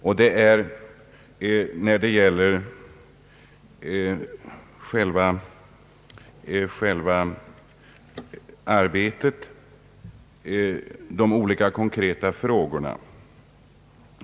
Den första punkt som jag skall beröra gäller själva arbetet med de olika konkreta frågorna.